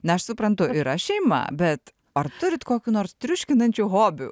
na aš suprantu yra šeima bet ar turit kokių nors triuškinančių hobių